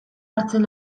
hartzen